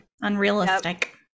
unrealistic